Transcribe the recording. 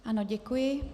Ano, děkuji.